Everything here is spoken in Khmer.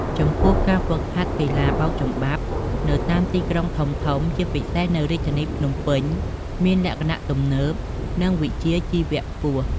ចំពោះការហ្វឹកហាត់កីឡាបោកចំបាប់នៅតាមទីក្រុងធំៗ ជាពិសេសនៅរាជធានីភ្នំពេញ មានលក្ខណៈ ទំនើប និងវិជ្ជាជីវៈខ្ពស់។